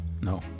No